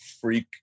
freak